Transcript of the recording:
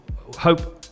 Hope